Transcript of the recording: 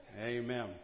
Amen